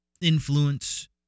influence